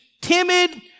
timid